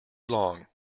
long